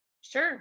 Sure